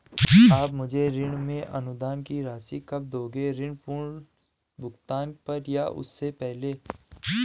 आप मुझे ऋण में अनुदान की राशि कब दोगे ऋण पूर्ण भुगतान पर या उससे पहले?